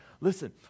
listen